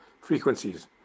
frequencies